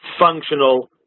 functional